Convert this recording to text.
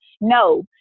no